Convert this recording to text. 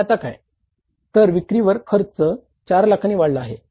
आणि आता काय तर विक्रीवर खर्च 4 लाखांनी वाढला आहे